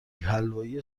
حلوای